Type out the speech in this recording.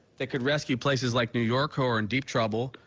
that can rescue places like new york who are in deep trouble,